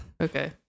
Okay